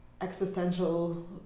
existential